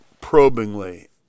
probingly